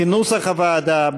כנוסח הוועדה,